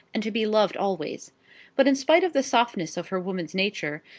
and to be loved always but, in spite of the softness of her woman's nature,